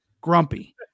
grumpy